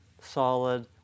solid